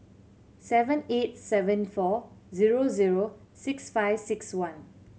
seven eight seven four zero zero six five six one